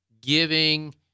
giving